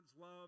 love